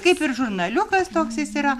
kaip ir žurnaliukas toks jis yra